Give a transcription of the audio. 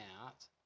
out